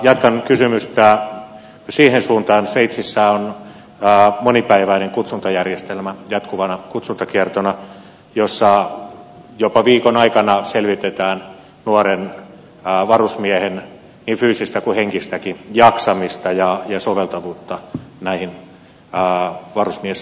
jatkan kysymystä siihen suuntaan että sveitsissä on monipäiväinen kutsuntajärjestelmä jatkuvana kutsuntakiertona jossa jopa viikon aikana selvitetään nuoren varusmiehen niin fyysistä kuin henkistäkin jaksamista ja soveltuvuutta näihin varusmiestehtäviin